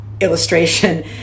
illustration